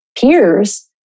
peers